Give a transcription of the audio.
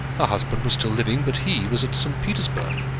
her husband was still living, but he was at st. petersburg.